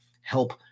help